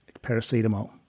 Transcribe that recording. paracetamol